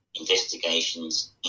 investigations